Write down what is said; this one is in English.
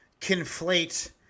conflate